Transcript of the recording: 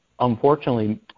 Unfortunately